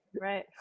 Right